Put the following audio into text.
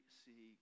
see